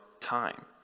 time